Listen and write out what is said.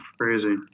Crazy